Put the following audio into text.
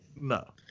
No